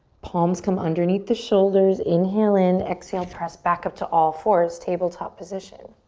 palms come underneath the shoulders, inhale in, exhale, press back up to all fours. tabletop position.